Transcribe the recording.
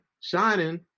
shining